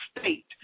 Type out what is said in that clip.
state